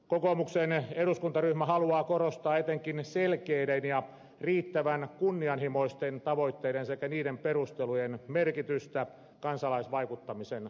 kokoomuksen eduskuntaryhmä haluaa korostaa etenkin selkeiden ja riittävän kunnianhimoisten tavoitteiden sekä niiden perustelujen merkitystä kansalaisvaikuttamisen aktivoijana